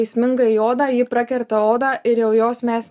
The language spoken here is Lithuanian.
įsminga į odą ji prakerta odą ir jau jos mes